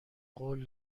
قول